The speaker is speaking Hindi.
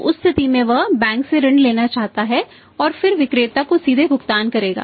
तो उस स्थिति में वह बैंक से ऋण लेना चाहता है और फिर विक्रेता को सीधे भुगतान करेगा